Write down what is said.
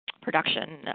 production